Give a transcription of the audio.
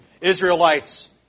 Israelites